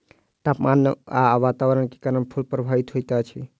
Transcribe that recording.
तापमान आ वातावरण के कारण फूल प्रभावित होइत अछि